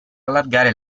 allargare